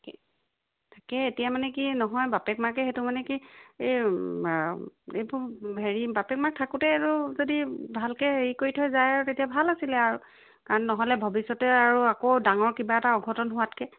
তাকে এতিয়া মানে কি নহয় বাপেক মাকে সেইটো মানে কি এই এইবোৰ হেৰি বাপেক মাক থাকোঁতে আৰু যদি ভালকৈ হেৰি কৰি থৈ যায় আৰু তেতিয়া ভাল আছিলে আৰু কাৰণ নহ'লে ভৱিষ্যতে আৰু আকৌ ডাঙৰ কিবা এটা অঘটন হোৱাতকৈ